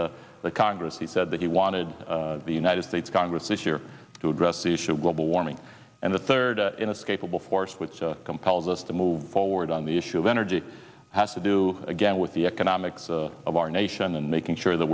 d the congress he said that he wanted the united states congress this year to address the issue of global warming and the third inescapable force which compels us to move forward on the issue of energy has to do again with the economics of our nation and making sure that